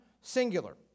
singular